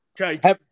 Okay